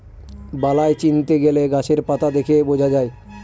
বালাই চিনতে গেলে গাছের পাতা দেখে বোঝা যায়